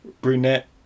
brunette